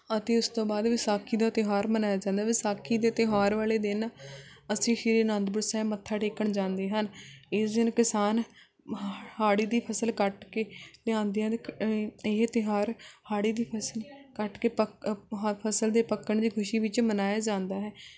ਅਤੇ ਉਸ ਤੋਂ ਬਾਅਦ ਵਿਸਾਖੀ ਦਾ ਤਿਉਹਾਰ ਮਨਾਇਆ ਜਾਂਦਾ ਵਿਸਾਖੀ ਦੇ ਤਿਉਹਾਰ ਵਾਲੇ ਦਿਨ ਅਸੀਂ ਸ਼੍ਰੀ ਅਨੰਦਪੁਰ ਸਾਹਿਬ ਮੱਥਾ ਟੇਕਣ ਜਾਂਦੇ ਹਨ ਇਸ ਦਿਨ ਕਿਸਾਨ ਹ ਹਾੜੀ ਦੀ ਫਸਲ ਕੱਟ ਕੇ ਲਿਆਉਂਦੇ ਆ ਅਤੇ ਕ ਇਹ ਤਿਉਹਾਰ ਹਾੜੀ ਦੀ ਫਸਲ ਕੱਟ ਕੇ ਪੱਕ ਫਸਲ ਦੇ ਪੱਕਣ ਦੀ ਖੁਸ਼ੀ ਵਿੱਚ ਮਨਾਇਆ ਜਾਂਦਾ ਹੈ